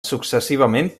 successivament